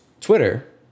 Twitter